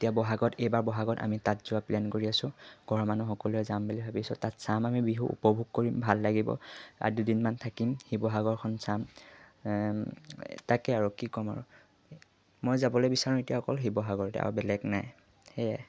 এতিয়া বহাগত এইবাৰ বহাগত আমি তাত যোৱা প্লেন কৰি আছোঁ ঘৰৰ মানুহ সকলোৱে যাম বুলি ভাবিছোঁ তাত চাম আমি বিহু উপভোগ কৰিম ভাল লাগিব আৰু দুদিনমান থাকিম শিৱসাগৰখন চাম তাকে আৰু কি ক'ম আৰু মই যাবলৈ বিচাৰোঁ এতিয়া অকল শিৱসাগৰতে আৰু বেলেগ নাই সেয়াই